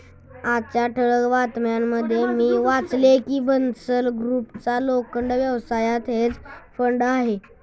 आजच्या ठळक बातम्यांमध्ये मी वाचले की बन्सल ग्रुपचा लोखंड व्यवसायात हेज फंड आहे